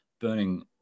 burning